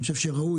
אני חושב שראוי,